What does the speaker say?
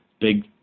big